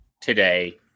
today